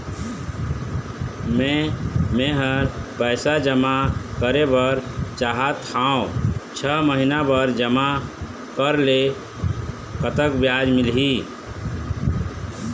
मे मेहर पैसा जमा करें बर चाहत हाव, छह महिना बर जमा करे ले कतक ब्याज मिलही?